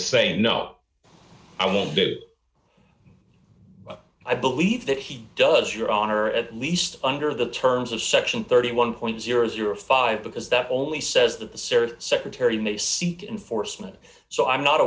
say no i won't do i believe that he does your honor at least under the terms of section thirty one point zero zero five because that only says that the search secretary may seek enforcement so i'm not